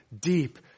deep